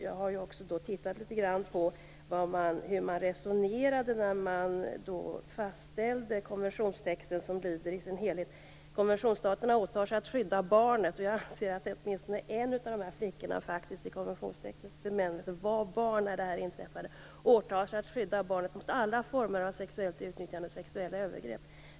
Jag har också tittat litet grand på hur man resonerade när man fastställde konventionstexten, som lyder: "Konventionsstaterna åtar sig att skydda barnet" - jag anser att åtminstone en av dessa två flickor var barn i konventionstextens bemärkelse när det inträffade - "mot alla former av sexuellt utnyttjande och sexuella övergrepp.